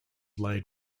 laid